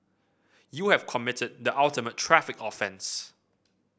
you have committed the ultimate traffic offence